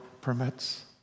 permits